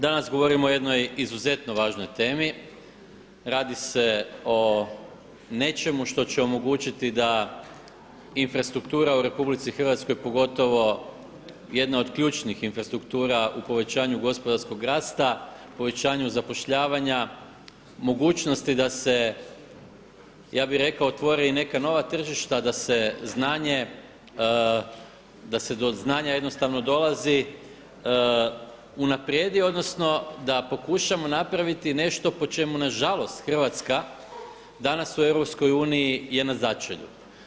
Danas govorimo jednoj izuzetno važnoj temi, radi se o nečemu što će omogućiti da infrastruktura u RH pogotovo jedna od ključnih infrastruktura u povećanju gospodarskog rasta, povećanju zapošljavanja, mogućnosti ja bih rekao otvore i neke nova tržišta da se do znanja jednostavno dolazi, unaprijedi, odnosno da pokušamo napraviti nešto po čemu nažalost Hrvatska danas u Europskoj uniji je na začelju.